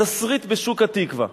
התסריט בשוק-התקווה.